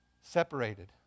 Separated